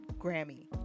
Grammy